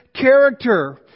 character